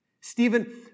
Stephen